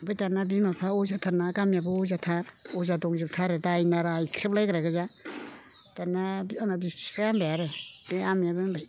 ओमफ्राय दानिया बिमा बिफाया अजाथारना गामियाबो अजाथार अजा दंजोबथारो दायना राइख्रेबलायग्रा गोजा दानिया आंना बिफाया होनबाय आरो बे आमायाबो होनबाय